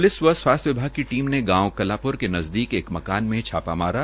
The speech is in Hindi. प्लिस व स्वास्थ्य विभाग की टीम ने गांव कलांप्र के नजदीक एक मकान पर छापा मारा